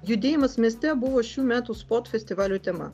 judėjimas mieste buvo šių metų spot festivalio tema